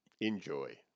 Enjoy